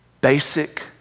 basic